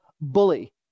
bully